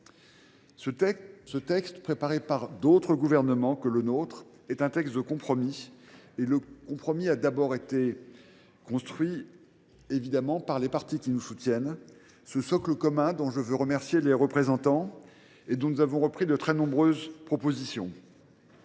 Ce texte, préparé par d’autres gouvernements que le nôtre, est un texte de compromis. Il a été construit en premier lieu avec les partis qui nous soutiennent, par ce socle commun dont je veux remercier les représentants et dont nous avons repris de très nombreuses propositions.